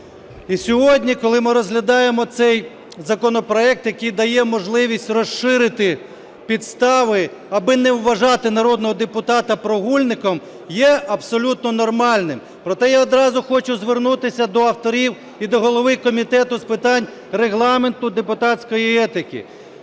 І сьогодні, коли ми розглядаємо цей законопроект, який дає можливість розширити підстави, аби не вважати народного депутата прогульником, є абсолютно нормальним. Проте я одразу хочу звернутися до авторів і до голови Комітету з питань Регламенту, депутатської етики.